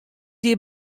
die